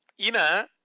Ina